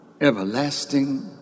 everlasting